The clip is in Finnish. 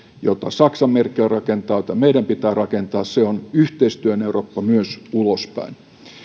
jota saksan merkel rakentaa jota meidän pitää rakentaa on yhteistyön eurooppa myös ulospäin